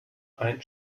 ein